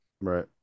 Right